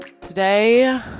Today